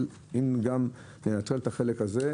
אבל אם גם ננצל את החלק הזה,